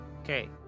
Okay